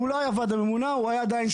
הוא לא היה ועדה ממונה, הוא היה עדיין סמנכ"ל.